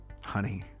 honey